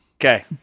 Okay